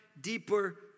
deeper